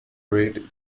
rate